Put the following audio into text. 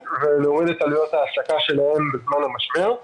ולהוריד את עלויות ההעסקה שלהם בתקופה של המשבר.